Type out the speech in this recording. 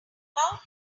about